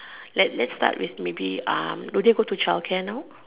let let's start with maybe uh do they go to child care now